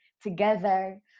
together